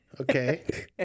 okay